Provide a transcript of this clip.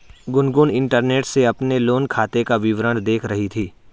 Gungun internet से अपने loan खाते का विवरण देख रही थी